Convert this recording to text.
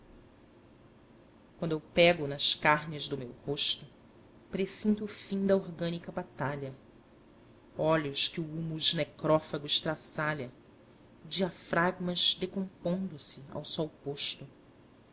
quando eu pego nas carnes do meu rosto pressinto o fim da orgânica batalha olhos que o húmus necrófago estracalha diafragmas decompondo se ao sol posto